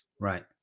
Right